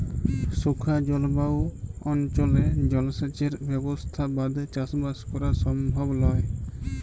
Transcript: শুখা জলভায়ু অনচলে জলসেঁচের ব্যবসথা বাদে চাসবাস করা সমভব লয়